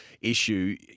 issue